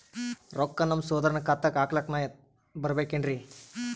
ರೊಕ್ಕ ನಮ್ಮಸಹೋದರನ ಖಾತಾಕ್ಕ ಹಾಕ್ಲಕ ನಾನಾ ಬರಬೇಕೆನ್ರೀ?